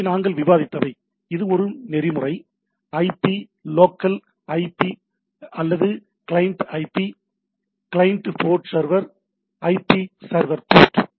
எனவே இவை நாங்கள் விவாதித்தவை இது ஒரு நெறிமுறை ஐபி லோக்கல் ஐபி அல்லது client IP client port server IP server board